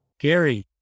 Gary